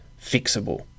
fixable